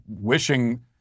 wishing